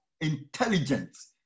intelligence